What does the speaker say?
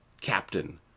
Captain